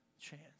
chance